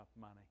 money